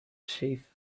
chief